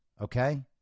Okay